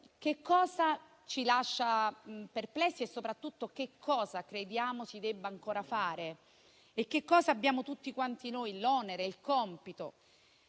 cosa ci lascia perplessi e, soprattutto, cosa crediamo si debba ancora fare, cosa abbiamo, tutti noi, l'onere e il compito